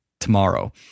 tomorrow